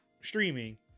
Streaming